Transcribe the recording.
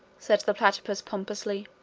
said the platypus pompously.